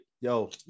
Yo